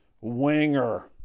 Winger